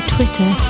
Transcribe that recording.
Twitter